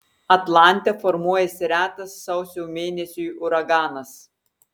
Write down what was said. atlante formuojasi retas sausio mėnesiui uraganas